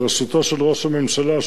בראשותו של ראש הממשלה,